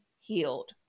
healed